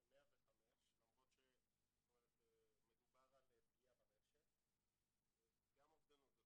105, למרות שמדובר על פגיעה ברשת, גם אובדנות.